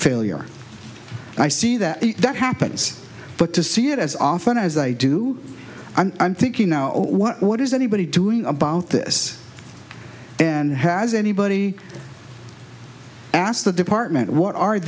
failure i see that that happens but to see it as often as i do i'm thinking now what does anybody doing about this and has anybody asked the department what are